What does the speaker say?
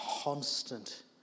constant